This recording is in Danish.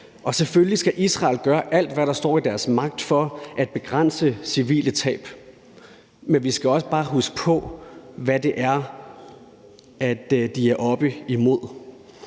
og selvfølgelig skal Israel gøre alt, hvad der står i deres magt, for at begrænse civile tab. Men vi skal også bare huske på, hvad det er, de er oppe imod.